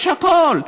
יש הכול,